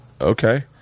okay